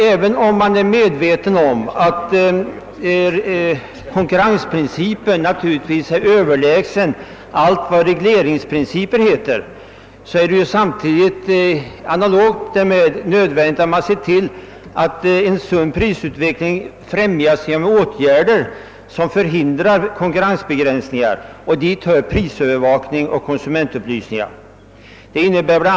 även om man är medveten om att konkurrensprincipen är överlägsen allt vad regleringsprinciper heter måste man samtidigt se till att en sund prisutveckling främjas genom åtgärder som förhindrar konkurrensbegränsningar, och dit hör prisövervakning och konsumentupplysning. Det innebär bla.